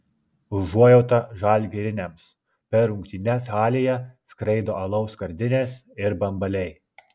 užuojauta žalgiriniams per rungtynes halėje skraido alaus skardinės ir bambaliai